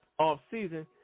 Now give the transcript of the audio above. offseason